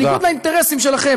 בניגוד לאינטרסים שלכם,